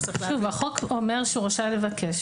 החוק אומר שהוא רשאי לבקש.